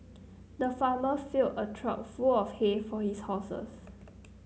the farmer filled a trough full of hay for his horses